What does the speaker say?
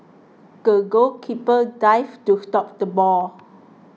the goalkeeper dived to stop the ball